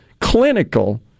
clinical